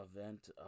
event